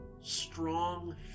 strong